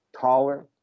taller